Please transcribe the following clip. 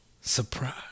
surprise